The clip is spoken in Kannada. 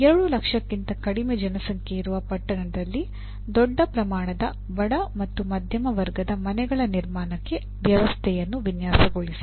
2 ಲಕ್ಷಕ್ಕಿಂತ ಕಡಿಮೆ ಜನಸಂಖ್ಯೆ ಇರುವ ಪಟ್ಟಣದಲ್ಲಿ ದೊಡ್ಡ ಪ್ರಮಾಣದ ಬಡ ಮತ್ತು ಮಧ್ಯಮ ವರ್ಗದ ಮನೆಗಳ ನಿರ್ಮಾಣಕ್ಕೆ ವ್ಯವಸ್ಥೆಯನ್ನು ವಿನ್ಯಾಸಗೊಳಿಸಿ